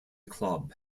club